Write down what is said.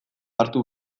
hartu